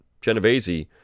Genovese